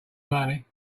money